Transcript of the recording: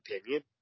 opinion